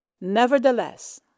Nevertheless